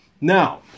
Now